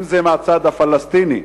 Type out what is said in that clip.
אם מהצד הפלסטיני,